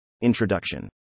Introduction